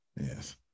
yes